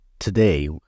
today